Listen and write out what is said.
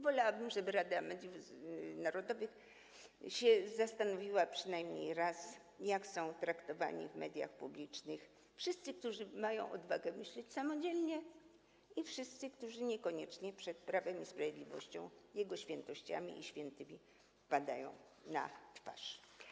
Wolałabym, żeby Rada Mediów Narodowych zastanowiła się przynajmniej raz, jak są traktowani w mediach publicznych wszyscy, którzy mają odwagę myśleć samodzielnie, i wszyscy, którzy niekoniecznie przed Prawem i Sprawiedliwością, jego świętościami i świętymi padają na twarz.